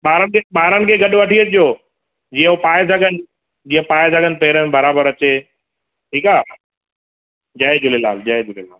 ॿार खे ॿारनि खे गॾ वठी अचिजो जीअं हू पाए सघनि जीअं पाए करे पैर में बराबरि अचे ठीकु आहे जय झूलेलाल जय झूलेलाल